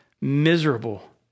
miserable